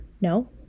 no